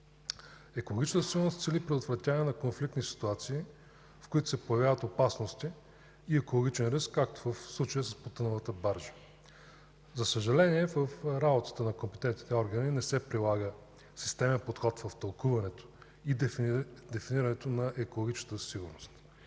Екологичната сигурност цели предотвратяване на конфликтни ситуации, в които се появяват опасности и екологичен риск, както в случая с потъналата баржа. За съжаление в работата на компетентните органи не се прилага системен подход в тълкуването и дефинирането на екологичната сигурност.